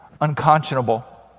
unconscionable